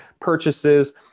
purchases